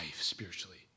spiritually